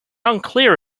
unclear